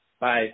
Bye